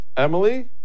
Emily